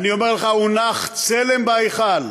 אני אומר לך, הונח צלם בהיכל.